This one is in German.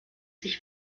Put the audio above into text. sich